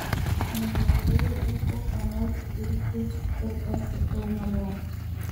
nebeturėjau ūpo ką nors pirkti ir pasukau namo